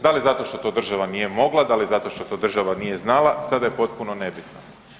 Da li zato što to država nije mogla, da li zato što to država nije znala, sada je potpuno nebitno.